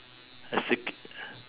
a s~